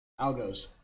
Algos